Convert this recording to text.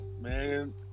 man